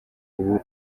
ubu